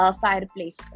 fireplace